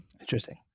Interesting